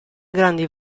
grandi